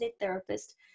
therapist